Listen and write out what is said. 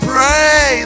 Pray